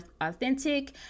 authentic